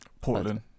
Portland